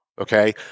Okay